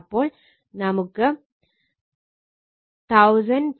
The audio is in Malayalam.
അപ്പോൾ നമുക്ക് 1497